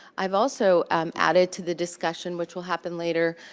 i've also added to the discussion, which will happen later.